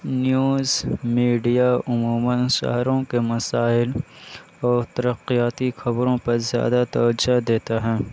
news media عموماً شہروں کے مسائل اور ترقیاتی خبروں پہ زیادہ توجہ دیتا ہے